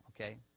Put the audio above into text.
Okay